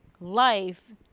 life